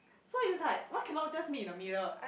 so is like what cannot just meet the middle